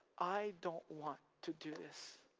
i don't want to do this.